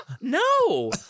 No